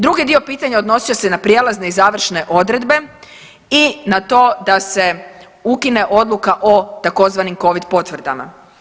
Drugi dio pitanja odnosio se na prijelazne i završne odredbe i na to da se ukine odluka o tzv. covid potvrdama.